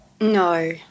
No